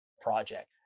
project